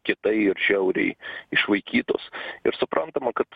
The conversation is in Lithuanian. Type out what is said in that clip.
kietai ir žiauriai išvaikytos ir suprantama kad